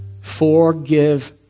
Forgive